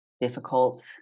Difficult